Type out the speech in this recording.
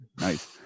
nice